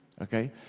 Okay